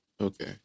Okay